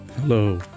Hello